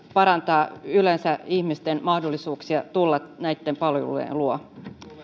parantaa yleensä ihmisten mahdollisuuksia tulla näitten palvelujen luo